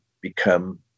become